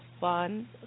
fun